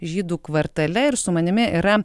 žydų kvartale ir su manimi yra